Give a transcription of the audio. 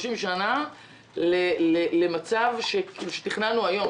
30 שנה למצב שתכננו היום,